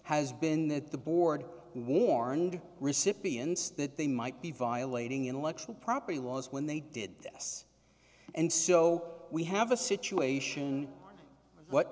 has been that the board warned recipients that they might be violating intellectual property laws when they did this and so we have a situation what